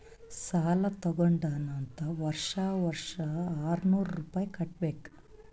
ಸಾಲಾ ತಗೊಂಡಾನ್ ಅಂತ್ ವರ್ಷಾ ವರ್ಷಾ ಆರ್ನೂರ್ ರುಪಾಯಿ ಕಟ್ಟಬೇಕ್